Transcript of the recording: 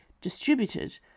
distributed